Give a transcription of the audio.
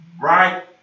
Right